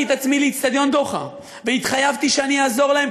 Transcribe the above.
את עצמי לאצטדיון "דוחה" והתחייבתי שאני אעזור להם,